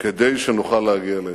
כדי שנוכל להגיע להסכם.